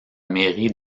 mairie